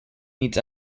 meets